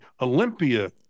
Olympia